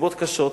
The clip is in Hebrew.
בנסיבות קשות.